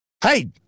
Hey